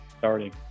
Starting